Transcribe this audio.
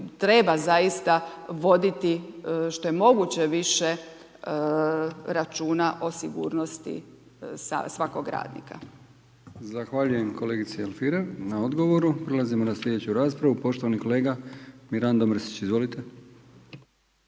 treba zaista voditi što je moguće više računa o sigurnosti svakog radnika. **Brkić, Milijan (HDZ)** Zahvaljujem kolegici Alfirev na odgovoru. Prelazimo na sljedeću raspravu, poštovani kolega Mirando Mrsić. Izvolite.